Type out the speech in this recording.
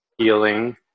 Healing